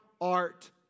art